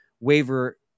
waiver